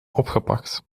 opgepakt